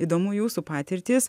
įdomu jūsų patirtis